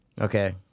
Okay